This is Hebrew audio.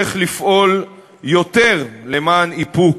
איך לפעול יותר למען איפוק,